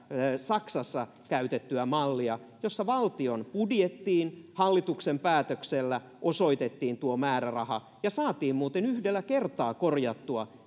saksassa käytettyä mallia jossa valtion budjettiin hallituksen päätöksellä osoitettiin tuo määräraha ja saatiin muuten yhdellä kertaa korjattua